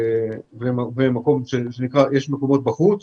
יש מקום בחוץ